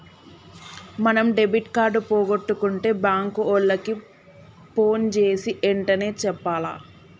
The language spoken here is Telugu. మనం డెబిట్ కార్డు పోగొట్టుకుంటే బాంకు ఓళ్ళకి పోన్ జేసీ ఎంటనే చెప్పాల